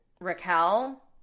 Raquel